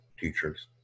teachers